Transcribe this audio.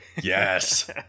Yes